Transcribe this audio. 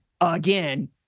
again